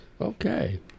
Okay